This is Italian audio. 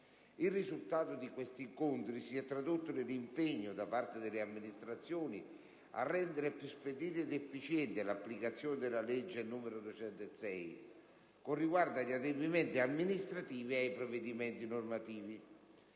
Il risultato di questi incontri si è tradotto nell'impegno, da parte delle amministrazioni, a rendere più spedita ed efficiente l'applicazione della legge n. 206 del 2004, con riguardo agli adempimenti amministrativi e ai provvedimenti normativi.